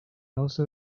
also